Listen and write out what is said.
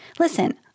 Listen